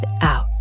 out